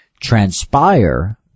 transpire